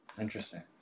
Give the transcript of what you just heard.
Interesting